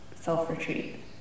self-retreat